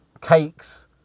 cakes